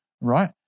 right